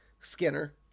Skinner